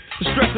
stress